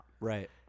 Right